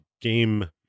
game